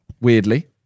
weirdly